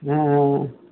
हॅं